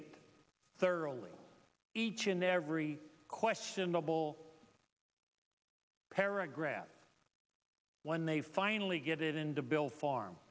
it thoroughly each and every questionable paragraph when they finally get it into bill farm